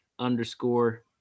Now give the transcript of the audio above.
underscore